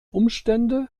umstände